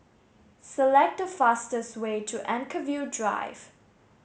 select the fastest way to Anchorvale Drive